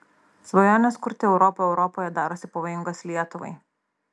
svajonės kurti europą europoje darosi pavojingos lietuvai